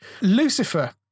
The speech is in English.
Lucifer